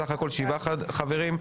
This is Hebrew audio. סך הכול שבעה חברים.